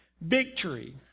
victory